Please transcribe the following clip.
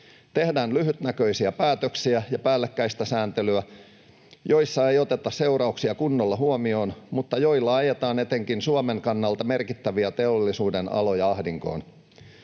Tehdään lyhytnäköisiä päätöksiä ja päällekkäistä sääntelyä, joissa ei oteta seurauksia kunnolla huomioon mutta joilla ajetaan etenkin Suomen kannalta merkittäviä teollisuudenaloja ahdinkoon.